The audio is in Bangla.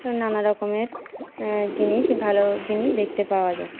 নানা রকমের জিনিস ভালো জিনিস দেখতে পাওয়া যায়